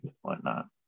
whatnot